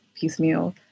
piecemeal